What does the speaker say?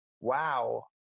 wow